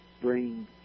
bring